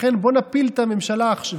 לכן בוא נפיל את הממשלה עכשיו.